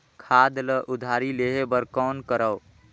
खाद ल उधारी लेहे बर कौन करव?